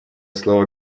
слово